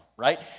right